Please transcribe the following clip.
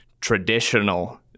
traditional